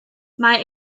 mae